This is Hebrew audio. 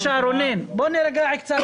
בואו נרגע קצת.